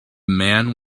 man